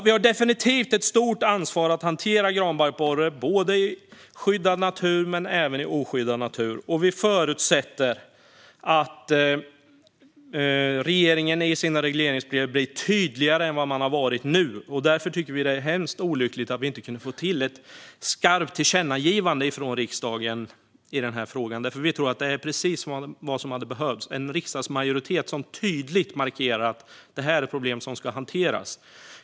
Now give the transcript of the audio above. Vi har definitivt ett stort ansvar att hantera granbarkborren, både i skyddad natur och i oskyddad natur. Vi förutsätter att regeringen i sina regleringsbrev blir tydligare än vad man har varit hittills. Därför tycker vi att det är hemskt olyckligt att vi inte kunde få till ett skarpt tillkännagivande från riksdagen i den här frågan. Vi tror att det är precis vad som hade behövts: en riksdagsmajoritet som tydligt markerar att det här är ett problem som ska hanteras.